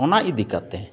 ᱚᱱᱟ ᱤᱫᱤᱠᱟᱛᱮ